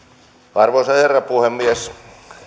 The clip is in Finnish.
arvoisa herra puhemies